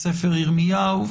בספר ירמיהו,